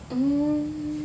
mm